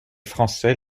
français